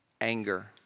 anger